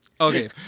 Okay